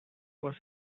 was